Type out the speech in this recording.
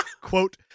quote